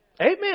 Amen